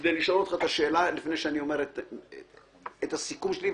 כדי לשאול אותך את השאלה לפני שאני אומר את הסיכום שלי,